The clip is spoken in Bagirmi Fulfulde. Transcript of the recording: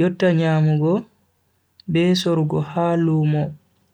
yotta nyamugo be sorugo ha lumo.